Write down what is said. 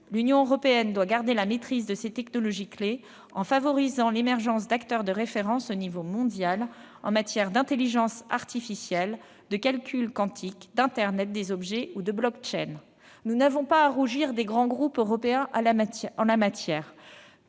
L'Union européenne doit garder la maîtrise de ces technologies clés en favorisant l'émergence d'acteurs de référence au niveau mondial en matière d'intelligence artificielle, de calcul quantique, d'internet des objets ou de. Nous n'avons pas à rougir des grands groupes européens en la matière,